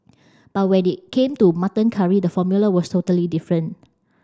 but when it came to mutton curry the formula was totally different